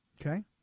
Okay